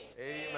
Amen